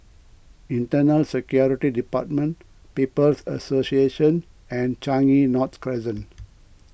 Internal Security Department People's Association and Changi North Crescent